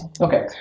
okay